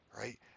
Right